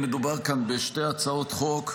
מדובר כאן בשתי הצעות חוק,